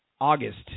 August